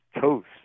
toast